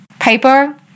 paper